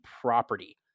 property